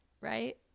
right